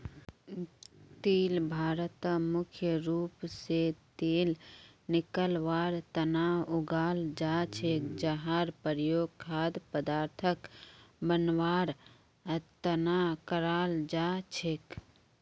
तिल भारतत मुख्य रूप स तेल निकलवार तना उगाल जा छेक जहार प्रयोग खाद्य पदार्थक बनवार तना कराल जा छेक